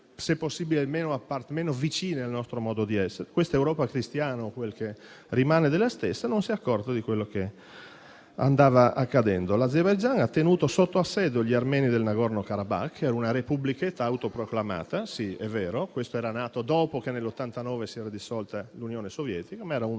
possibile e le meno vicine al nostro modo di essere. Questa Europa cristiana, o quel che ne rimane, non si è accorta di quello che stava accadendo, ovvero che l'Azerbaigian ha tenuto sotto assedio gli armeni del Nagorno-Karabakh, che era una repubblichetta autoproclamata, è vero, nata dopo che nel 1989 si era dissolta l'Unione sovietica, ma era un